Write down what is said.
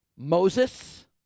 moses